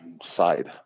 side